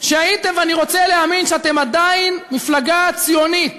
הייתם, ואני רוצה להאמין שאתם עדיין, מפלגה ציונית